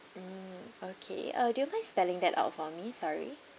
mm okay uh do you mind spelling that out for me sorry